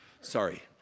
Sorry